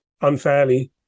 unfairly